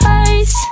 eyes